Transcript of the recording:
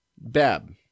Bab